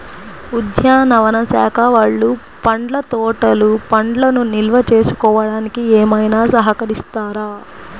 ఉద్యానవన శాఖ వాళ్ళు పండ్ల తోటలు పండ్లను నిల్వ చేసుకోవడానికి ఏమైనా సహకరిస్తారా?